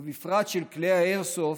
ובפרט של כלי האיירסופט,